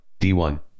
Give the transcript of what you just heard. D1